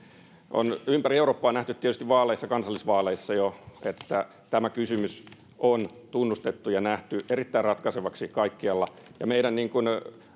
ympäri eurooppaa on jo nähty tietysti kansallisissa vaaleissa että tämä kysymys on tunnustettu ja nähty erittäin ratkaisevaksi kaikkialla ja